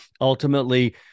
ultimately